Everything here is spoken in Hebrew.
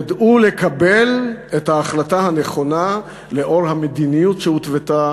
ידעו לקבל את ההחלטה הנכונה לאור המדיניות שהותוותה